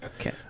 Okay